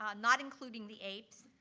um not including the aaps,